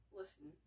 listen